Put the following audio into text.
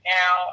now